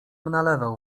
nalewał